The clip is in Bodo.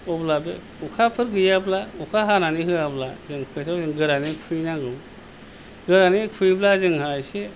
अब्लाबो अखाफोर गैयाब्ला अखा हानानै होआब्ला जों हयथ' गोरानै खुबैनांगौ गोरानै खुबैब्ला जोंहा एसे